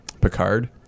Picard